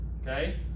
okay